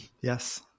Yes